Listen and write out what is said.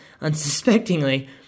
unsuspectingly